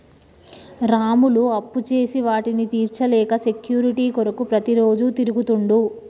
రాములు అప్పుచేసి వాటిని తీర్చలేక సెక్యూరిటీ కొరకు ప్రతిరోజు తిరుగుతుండు